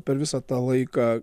per visą tą laiką